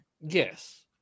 Yes